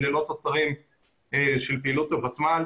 אלה לא תוצרים של פעילות הוותמ"ל.